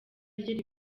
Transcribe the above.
rye